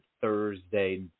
thursday